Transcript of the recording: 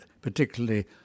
particularly